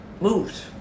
moved